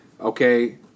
okay